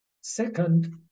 Second